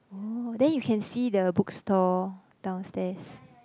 oh then you can see the bookstore downstairs